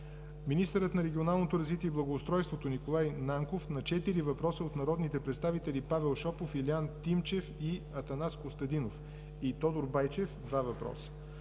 министърът на регионалното развитие и благоустройството Николай Нанков – на четири въпроса от народните представители Павел Шопов; Илиан Тимчев и Атанас Костадинов; и Тодор Байчев – два въпроса.